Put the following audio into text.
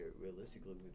realistically